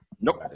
Nope